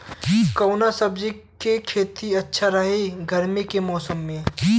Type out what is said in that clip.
कवना सब्जी के खेती अच्छा रही गर्मी के मौसम में?